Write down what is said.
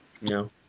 no